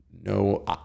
No